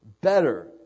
better